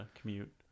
commute